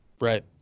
Right